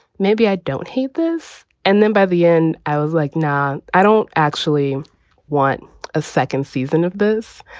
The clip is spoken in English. maybe i don't hate this. and then by the end i was like, nah, i don't actually want a second season of this.